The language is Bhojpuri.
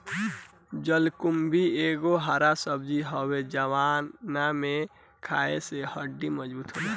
जलकुम्भी एगो हरा सब्जी हवे जवना के खाए से हड्डी मबजूत रहेला